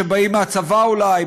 שבאים מהצבא אולי,